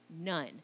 none